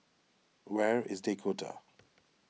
where is Dakota